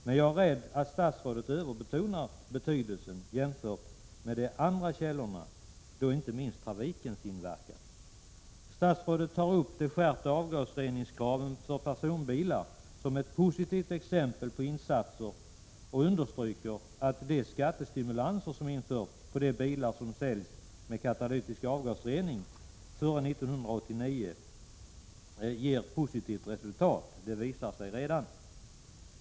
Men jag är som sagt rädd att statsrådet överbetonar betydelsen av dessa kväveföreningar jämfört med utsläppen från de andra källorna — då inte minst trafikens inverkan. Statsrådet tar upp de skärpta kraven på avgasrening för personbilar som ett positivt exempel på insatser och understryker att de skattestimulanser som införts för de bilar med katalytisk avgasrening som säljs före 1989 redan visat sig ge positivt resultat.